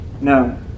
No